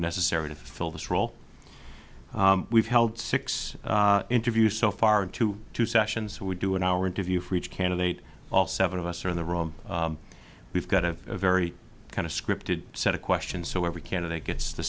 necessary to fill this role we've held six interview so far into two sessions we do an hour interview for each candidate all seven of us are in the room we've got a very kind of scripted set of questions so every candidate gets the